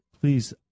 Please